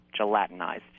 gelatinized